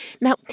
Now